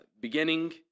beginning